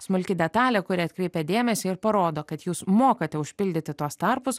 smulki detalė kuri atkreipia dėmesį ir parodo kad jūs mokate užpildyti tuos tarpus